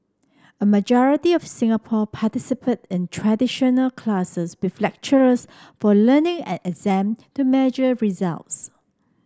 a majority of Singapore participate in traditional classes with lectures for learning and exam to measure every results